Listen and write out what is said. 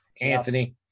Anthony